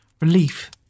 Relief